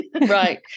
Right